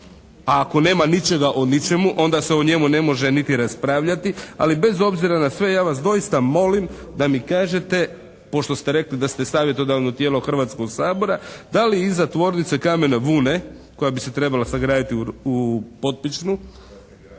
a ako nema ničega i ničemu onda se o njemu ne može niti raspravljati. Ali bez obzira na sve, ja vas doista molim da mi kažete pošto ste rekli da ste savjetodavno tijelo Hrvatskog sabora, da li iza tvornice kamene vune koja bi se trebala sagraditi u Potpičnu,